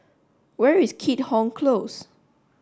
where is Keat Hong Close